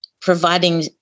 providing